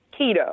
Keto